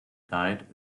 diet